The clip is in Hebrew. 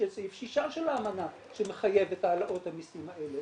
יש את סעיף 6 של האמנה שמחייב את העלאות המסים האלה,